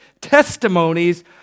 testimonies